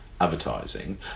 advertising